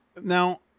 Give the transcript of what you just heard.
Now